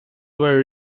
were